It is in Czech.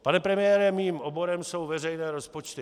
Pane premiére, mým oborem jsou veřejné rozpočty.